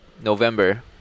November